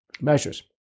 measures